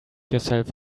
yourself